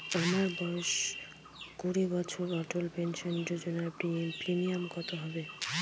আমার বয়স কুড়ি বছর অটল পেনসন যোজনার প্রিমিয়াম কত হবে?